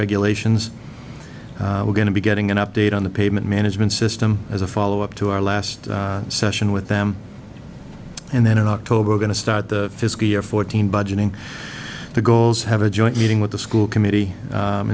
regulations we're going to be getting an update on the pavement management system as a follow up to our last session with them and then in october we're going to start the fiscal year fourteen budgeting the goals have a joint meeting with the school committee